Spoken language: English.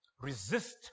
Resist